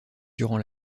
durant